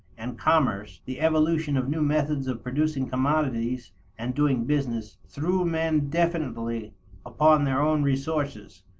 and commerce, the evolution of new methods of producing commodities and doing business, threw men definitely upon their own resources.